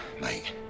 mate